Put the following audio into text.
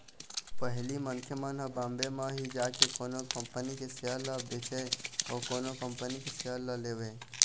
पहिली मनखे मन ह बॉम्बे म ही जाके कोनो कंपनी के सेयर ल बेचय अउ कोनो कंपनी के सेयर ल लेवय